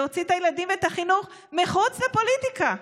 להוציא את הילדים ואת החינוך מחוץ לפוליטיקה.